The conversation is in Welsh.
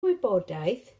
wybodaeth